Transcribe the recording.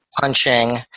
punching